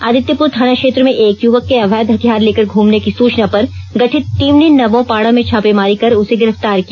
आदित्यपुर थाना क्षेत्र में एक युवक के अवैध हथियार लेकर घूमने की सूचना पर गठित टीम ने नमोपाड़ा में छापेमारी कर उसे गिरफ्तार किया